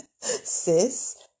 sis